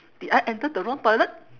did I enter the wrong toilet